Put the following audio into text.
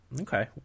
okay